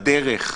בדרך,